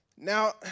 Now